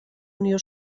unió